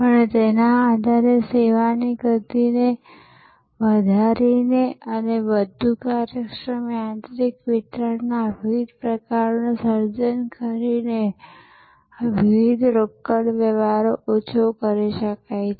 અને તેના આધારે સેવા ની ગતી ને વધારીને અને વધુ કાર્યક્ષમ યાંત્રિક વિતરણના વિવિધ પ્રકારનું સર્જન કરીનેવિવિધ રોકડ વ્યવહારો ઓછો કરી શકાય છે